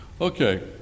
Okay